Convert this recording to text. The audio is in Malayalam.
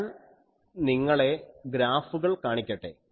ഞാൻ നിങ്ങളെ ഗ്രാഫുകൾ കാണിക്കട്ടെ